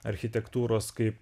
architektūros kaip